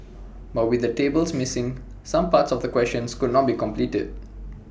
but with the tables missing some parts of the questions could not be completed